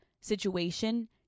situation